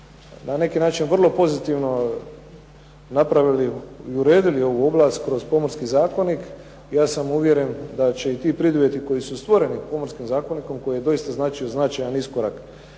na neki način vrlo pozitivno napravili i uredili ovu oblast kroz Pomorski zakonik ja sam uvjeren da će i ti preduvjeti koji su stvoreni Pomorskim zakonikom koji doista znači značajan iskorak